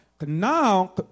now